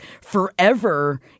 forever